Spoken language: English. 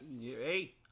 Hey